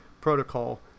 protocol